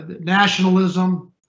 Nationalism